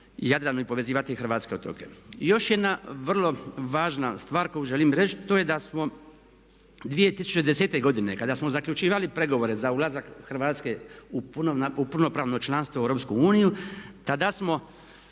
jadranu i povezivati hrvatske otoke. I još jedna vrlo važna stvar koju želim reći to je da smo 2010.godine kada smo zaključivali pregovore za ulazak Hrvatske u punopravno članstvo u EU tada smo